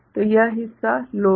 तो यह हिस्सा लो है